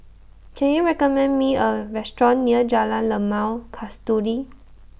Can YOU recommend Me A Restaurant near Jalan Limau Kasturi